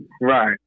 Right